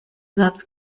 satz